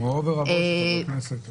מורו ורבו של חבר הכנסת --- נכון.